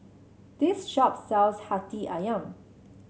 this shop sells Hati ayam